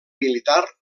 militar